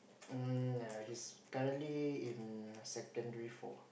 um yea he's currently in secondary four